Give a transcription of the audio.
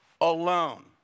alone